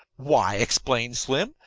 why, explained slim,